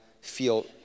feel